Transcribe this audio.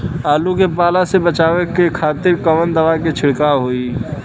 आलू के पाला से बचावे के खातिर कवन दवा के छिड़काव होई?